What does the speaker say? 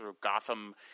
gotham